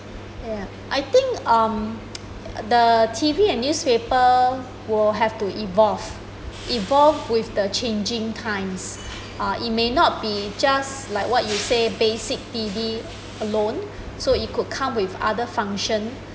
yeah I think um the T_V and newspaper will have to evolve evolve with the changing times uh it may not be just like what you say basic T_V alone so it could come with other function